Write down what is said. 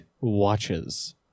watches